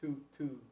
two to